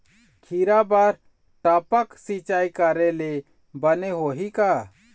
खिरा बर टपक सिचाई करे ले बने होही का?